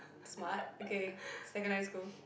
smart okay secondary school